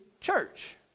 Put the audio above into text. church